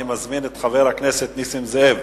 אני מזמין את חבר הכנסת נסים זאב.